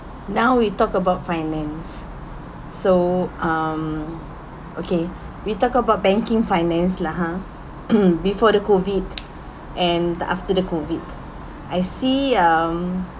now we talk about finance so um okay we talk about banking finance lah !huh! before the COVID and the after the COVID I see um